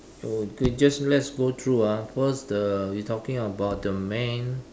so K just let's go through ah first the we talking about the man